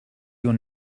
your